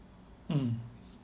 mm